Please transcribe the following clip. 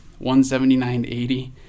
$179.80